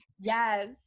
Yes